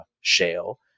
shale